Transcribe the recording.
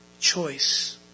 Choice